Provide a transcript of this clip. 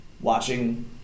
watching